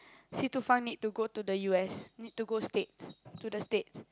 Si Tu Feng need to go to the U_S need to go States to the States